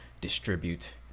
distribute